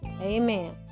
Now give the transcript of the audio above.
Amen